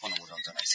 অনুমোদন জনাইছে